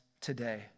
today